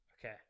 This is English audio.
Okay